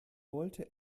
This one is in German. wollte